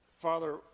Father